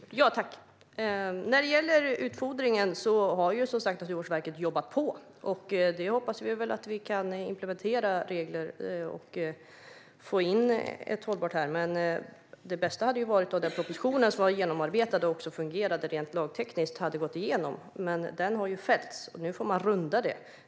Fru talman! När det gäller utfodringen har Naturvårdsverket jobbat på. Vi hoppas att vi kan implementera regler och få ett hållbart förslag. Det bästa hade varit om propositionen som var genomarbetad och också fungerade rent lagtekniskt hade gått igenom. Men den har fällts, och nu får man runda den.